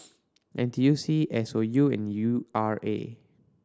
N T U C S O U and U R A